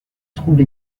trouble